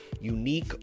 unique